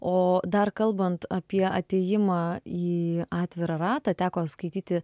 o dar kalbant apie atėjimą į atvirą ratą teko skaityti